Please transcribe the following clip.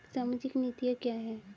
सामाजिक नीतियाँ क्या हैं?